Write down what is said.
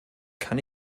kann